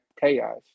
chaos